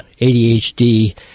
ADHD